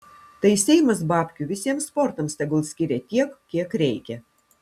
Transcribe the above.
tai seimas babkių visiems sportams tegul skiria tiek kiek reikia